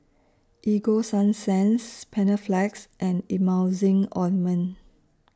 Ego Sunsense Panaflex and Emulsying Ointment